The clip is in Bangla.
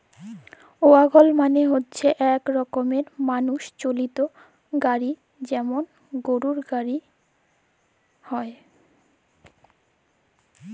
ওয়াগল মালে হচ্যে ইক রকমের মালুষ চালিত গাড়হি যেমল গরহুর গাড়হি হয়